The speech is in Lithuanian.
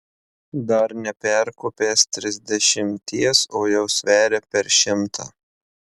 dar neperkopęs trisdešimties o jau sveria per šimtą